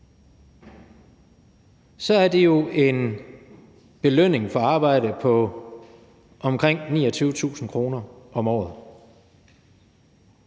er det jo en belønning for at arbejde på omkring 29.000 kr. om året.